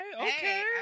okay